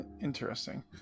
interesting